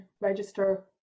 register